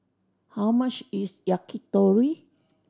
how much is Yakitori